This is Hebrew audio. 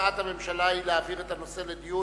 הצעת הממשלה היא להעביר את הנושא לדיון